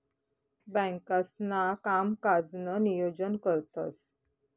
बँकांसणा कामकाजनं नियोजन करतंस